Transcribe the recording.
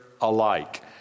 alike